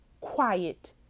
quiet